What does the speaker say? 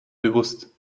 bewusst